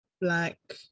black